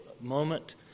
moment